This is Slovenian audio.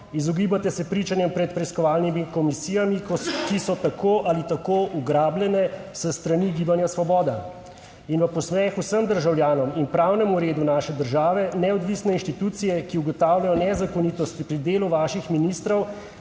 Izogibate se pričanju pred preiskovalnimi komisijami, ki so tako ali tako ugrabljene s strani Gibanja Svoboda. In v posmeh vsem državljanom in pravnemu redu naše države neodvisne institucije, ki ugotavljajo nezakonitosti pri delu vaših ministrov